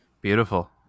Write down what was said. Beautiful